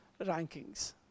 rankings